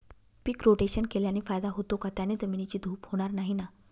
पीक rotation केल्याने फायदा होतो का? त्याने जमिनीची धूप होणार नाही ना?